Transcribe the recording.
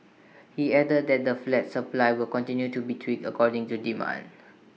he added that the flat supply will continue to be tweaked according to demand